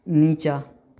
नीचाँ